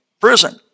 prison